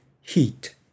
heat